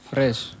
Fresh